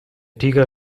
tiger